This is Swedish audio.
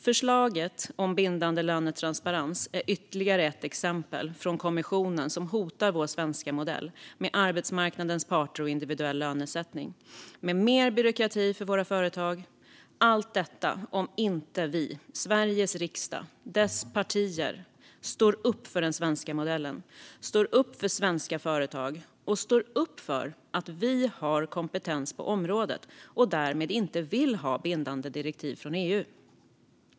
Förslaget om bindande lönetransparens är ytterligare ett exempel på förslag från kommissionen som hotar vår svenska modell med arbetsmarknadens parter och individuell lönesättning. Det innebär mer byråkrati för våra företag. Allt detta sker om inte vi i Sveriges riksdag, dess partier, står upp för den svenska modellen, står upp för svenska företag och står upp för att vi har kompetens på området och därmed inte vill ha bindande direktiv från EU.